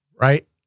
right